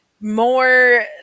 more